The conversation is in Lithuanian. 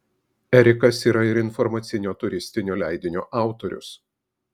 erikas yra ir informacinio turistinio leidinio autorius